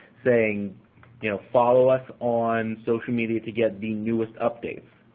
saying you know follow us on social media to get the newest updates.